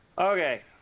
Okay